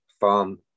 farm